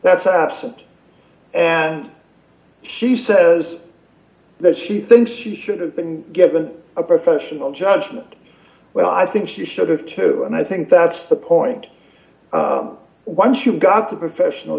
up and she says that she thinks she should have been given a professional judgment well i think she should have to and i think that's the point once you've got the professional